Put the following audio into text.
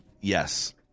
Yes